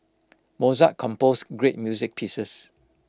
Mozart composed great music pieces